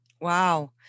Wow